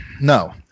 No